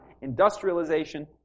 industrialization